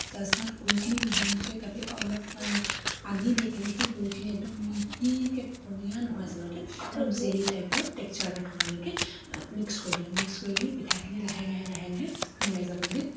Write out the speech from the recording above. তাৰপিছত গুড়খিনি মিহি মিহিকে কাটি অলপমান পানী দি কিনে সেই গুড়খিনি একদম মিহিকে পনীয়া নহয় আচলতে অলপ জেলি টাইপত টেক্সাৰত থব লাগে মিক্স কৰিব লাগে মিক্স কৰি পিঠাখিনি লাহে লাহে লাহে লাহে মিলাই যাব লাগে